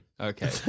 Okay